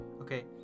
okay